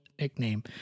nickname